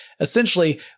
essentially